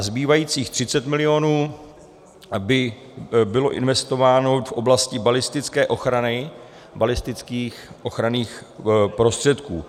Zbývajících 30 mil. by bylo investováno v oblasti balistické ochrany, balistických ochranných prostředků.